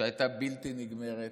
שהייתה בלתי נגמרת,